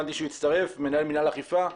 מנהל מינהל האכיפה,